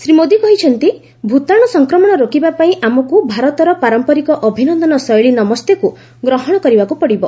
ଶ୍ରୀ ମୋଦି କହିଛନ୍ତି ଭୂତାଣୁ ସଂକ୍ରମଣ ରୋକିବାପାଇଁ ଆମକୁ ଭାରତର ପାରମ୍ପରିକ ଅଭିନନ୍ଦନ ଶୈଳୀ ନମସ୍ତେକୁ ଗ୍ରହଣ କରିବାକୁ ପଡ଼ିବ